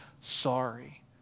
sorry